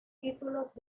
títulos